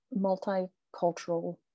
multicultural